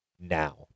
now